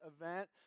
event